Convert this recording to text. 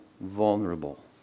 vulnerable